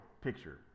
picture